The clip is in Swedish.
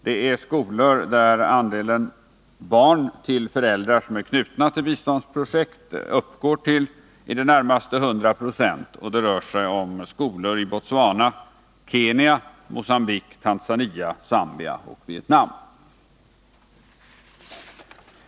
Det är skolor där andelen barn till föräldrar som är knutna till biståndsprojekt uppgår till i det närmaste 100 26, och dessa skolor finns i Botswana, Kenya, Mogambique, Tanzania, Zambia och Vietnam.